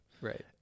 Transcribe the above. right